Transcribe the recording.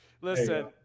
Listen